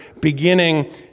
beginning